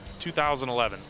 2011